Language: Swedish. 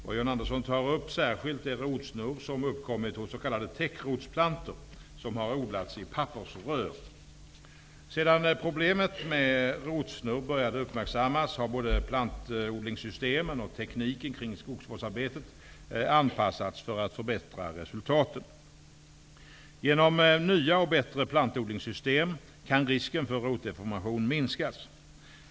Vad John Andersson tar upp särskilt är rotsnurr som har uppkommit hos s.k. täckrotsplantor som har odlats i pappersrör. Sedan problemet med rotsnurr började uppmärksammas, har både plantodlingssystemen och tekniken kring skogsvårdsarbetet anpassats för att förbättra resultaten. Genom nya och bättre plantodlingssystem kan risken för rotdeformation minskas.